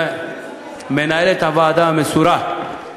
למנהלת הוועדה המסורה,